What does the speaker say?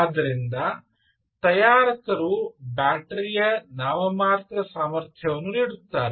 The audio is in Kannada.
ಆದ್ದರಿಂದ ತಯಾರಕರು ಬ್ಯಾಟರಿಯ ನಾಮಮಾತ್ರ ಸಾಮರ್ಥ್ಯವನ್ನು ನೀಡುತ್ತಾರೆ